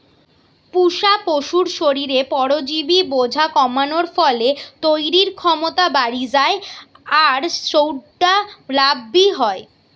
পুশা পশুর শরীরে পরজীবি বোঝা কমানার ফলে তইরির ক্ষমতা বাড়ি যায় আর সউটা লাভ বি হয়